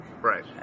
right